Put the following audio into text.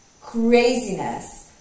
craziness